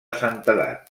santedat